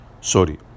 Sorry